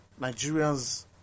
Nigerians